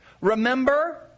remember